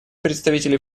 представитель